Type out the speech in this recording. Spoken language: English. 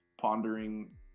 pondering